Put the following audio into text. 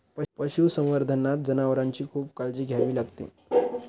पशुसंवर्धनात जनावरांची खूप काळजी घ्यावी लागते